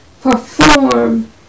perform